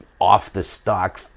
off-the-stock